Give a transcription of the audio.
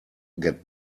get